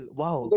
wow